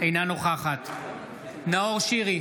אינה נוכחת ווליד טאהא,